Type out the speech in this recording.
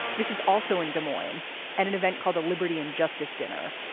this is also in des moines at an event called the liberty injustice dinner.